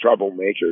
troublemakers